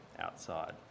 outside